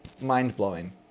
mind-blowing